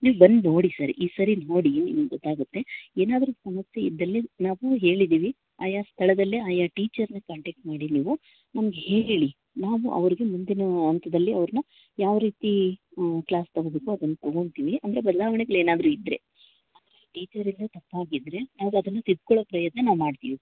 ನೀವು ಬಂದು ನೋಡಿ ಸರ್ ಈ ಸರಿ ನೋಡಿ ನಿಮಗೆ ಗೊತ್ತಾಗುತ್ತೆ ಏನಾದರೂ ಸಮಸ್ಯೆ ಇದ್ದಲ್ಲಿ ನಾವು ಹೇಳಿದ್ದೀವಿ ಆಯಾ ಸ್ಥಳದಲ್ಲಿ ಆಯಾ ಟೀಚರ್ನ ಕಾಂಟಾಕ್ಟ್ ಮಾಡಿ ನೀವು ನಮಗೆ ಹೇಳಿ ನಾವು ಅವ್ರಿಗೆ ಮುಂದಿನ ಹಂತದಲ್ಲಿ ಅವ್ರನ್ನ ಯಾವ್ರೀತಿ ಕ್ಲಾಸ್ ತೊಗೊಬೇಕು ಅದನ್ನು ತೊಗೊಳ್ತೀವಿ ಅಂದರೆ ಬದಲಾವಣೆಗಳೇನಾದ್ರೂ ಇದ್ರೆ ಅಂದರೆ ಟೀಚರಿಂದ ತಪ್ಪಾಗಿದ್ರೆ ಅವ್ರು ಅದನ್ನು ತಿದ್ಕೊಳ್ಳೊ ಪ್ರಯತ್ನ ನಾವು ಮಾಡ್ತೀವಿ